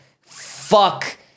Fuck